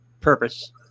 purpose